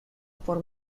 por